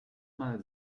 mal